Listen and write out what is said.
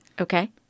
Okay